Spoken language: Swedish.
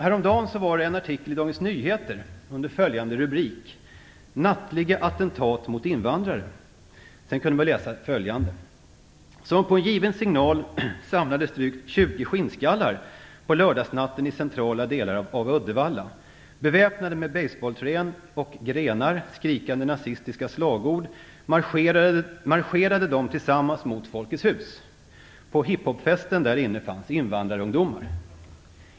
Häromdagen var det en artikel i Dagens Nyheter under följande rubrik: Nattliga attentat mot invandrare. Sedan kunde man läsa följande: Som på en given signal samlades drygt 20 skinnskallar på lördagsnatten i centrala delar av Uddevalla. Beväpnade med basebollträn och grenar, skrikande nazistiska slagord marscherade de tillsammans mot Folkets Hus. På hiphop-festen där inne fanns invandrarungdomar.